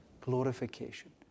glorification